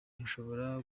mushobora